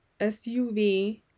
suv